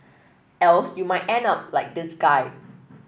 else you might end up like this guy